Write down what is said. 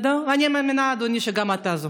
אני מאמינה, אדוני, שגם אתה זוכר.